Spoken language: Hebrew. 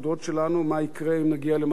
מה יקרה אם נגיע למצבי חירום?